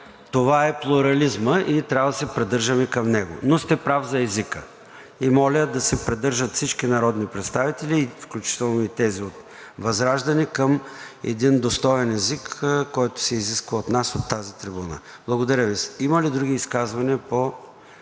Това е плурализмът и трябва да се придържаме към него. Но сте прав за езика и моля всички народни представители, включително и тези от ВЪЗРАЖДАНЕ, да се придържат към един достоен език, който се изисква от нас от тази трибуна. Благодаря Ви. Има ли други изказвания?